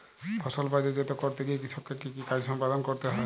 ফসল বাজারজাত করতে গিয়ে কৃষককে কি কি কাজ সম্পাদন করতে হয়?